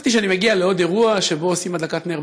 חשבתי שאני מגיע לעוד אירוע שבו עושים הדלקת נר